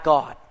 God